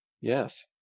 yes